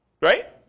Right